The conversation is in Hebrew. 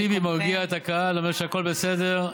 ד"ר טיבי מרגיע את הקהל ואומר שהכול בסדר,